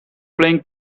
playing